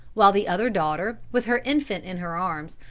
while the other daughter, with her infant in her arms,